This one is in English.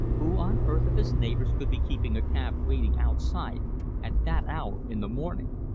who on earth of his neighbours could be keeping a cab waiting outside at that hour in the morning?